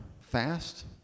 fast